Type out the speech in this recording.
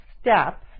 step